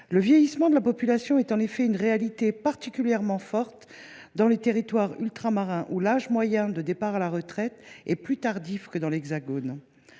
Le vieillissement de la population est en effet une réalité particulièrement forte dans les territoires ultramarins, où l’âge moyen de départ à la retraite est plus élevé que dans l’Hexagone.